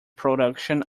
production